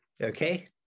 Okay